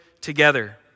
together